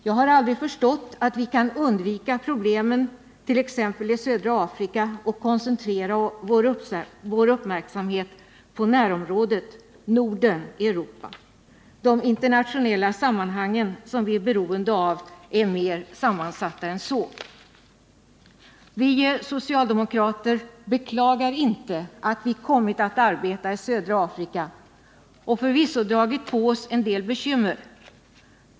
Jag har aldrig förstått att vi skulle kunna undvika problemen, t.ex. i södra Afrika, och koncentrera vår uppmärksamhet på närområdet Norden-Europa. De internationella sammanhangen, som vi är beroende av, är mer sammansatta än så. Vi socialdemokrater beklagar inte att vi kommit att arbeta i södra Afrika och förvisso dragit på oss en del bekymmer.